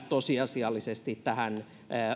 tosiasiallisesti tähän